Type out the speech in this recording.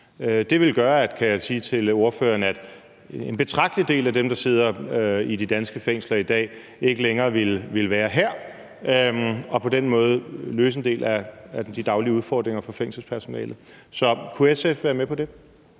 til ordføreren, at en betragtelig del af dem, der sidder i de danske fængsler i dag, ikke længere ville være her, og på den måde ville det løse en del af de daglige udfordringer for fængselspersonalet. Kunne SF være med på det?